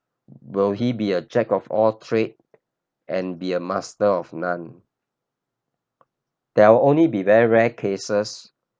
will he be a jack of all trade and be a master of none there'll only be very rare cases